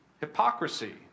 Hypocrisy